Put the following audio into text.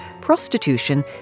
prostitution